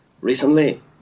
recently